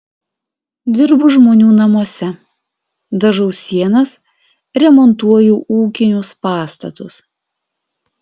dirbu žmonių namuose dažau sienas remontuoju ūkinius pastatus